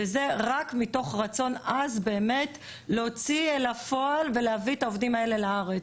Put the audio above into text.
וזה רק מתוך רצון עז באמת להוציא אל הפועל ולהביא את העובדים האלה לארץ.